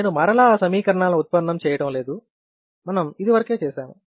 నేను మరలా ఆ సమీకరణాలను ఉత్పన్నం చేయటం లేదు మనం ఇది వరకే చేసాము